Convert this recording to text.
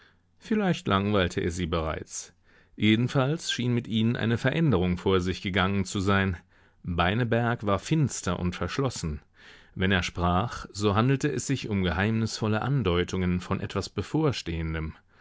vielleicht langweilte er sie bereits jedenfalls schien mit ihnen eine veränderung vor sich gegangen zu sein beineberg war finster und verschlossen wenn er sprach so handelte es sich um geheimnisvolle andeutungen von etwas bevorstehendem